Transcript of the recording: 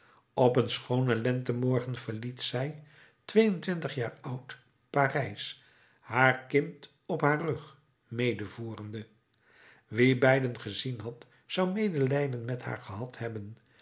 op een schoonen lentemorgen verliet zij tweeëntwintig jaar oud parijs haar kind op haar rug medevoerende wie beiden gezien had zou medelijden met haar gehad hebben